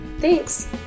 Thanks